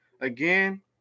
again